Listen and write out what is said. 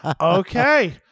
Okay